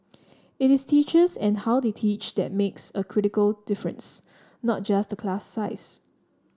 it is teachers and how they teach that makes a critical difference not just the class size